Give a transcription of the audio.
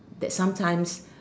that sometimes